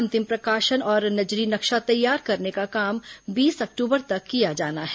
अंतिम प्रकाशन और नजरी नक्शा तैयार करने का काम बीस अक्टूबर तक किया जाना है